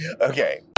okay